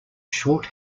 short